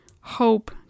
hope